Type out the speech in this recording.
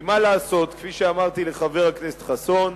כי, מה לעשות, כפי שאמרתי לחבר הכנסת חסון,